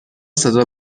صدا